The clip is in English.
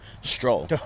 Stroll